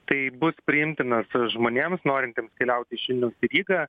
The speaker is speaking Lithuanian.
tai bus priimtinas žmonėms norintiems keliauti iš vilniaus į rygą